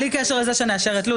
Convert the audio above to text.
זה בלי קשר לזה שנאשר את לוד.